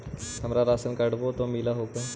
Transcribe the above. हमरा राशनकार्डवो पर मिल हको?